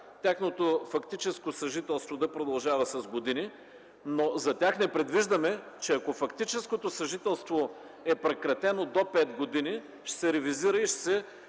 тяхното фактическо съжителство да продължава с години, но за тях не предвиждаме, че ако фактическото съжителство е прекратено до пет години, ще се ревизира и ще се